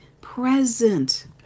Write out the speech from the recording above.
present